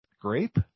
Grape